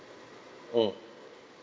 mm